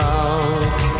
out